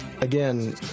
Again